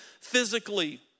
physically